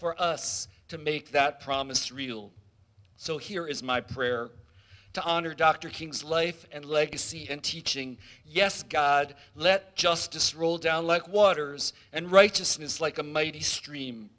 for us to make that promise real so here is my prayer to honor dr king's life and legacy and teaching yes god let justice roll down like waters and righteousness like a mighty stream